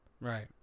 Right